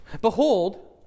Behold